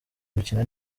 gukina